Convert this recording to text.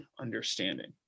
understanding